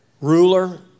ruler